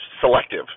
selective